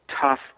tough